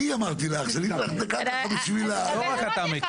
אני אמרתי לך שאני אתן לך דקה בשביל --- אמרתי לך,